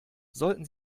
sollten